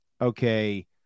okay